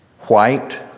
White